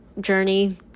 journey